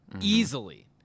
Easily